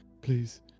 please